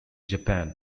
japan